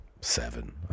Seven